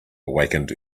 awakened